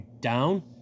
down